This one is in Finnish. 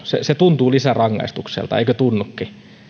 se se tuntuu lisärangaistukselta eikö tunnukin